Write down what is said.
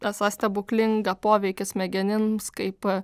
esą stebuklingą poveikį smegenims kaip a